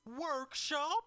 Workshop